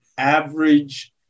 average